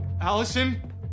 Allison